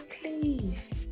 please